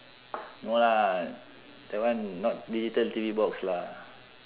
no lah that one not digital T_V box lah